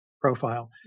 profile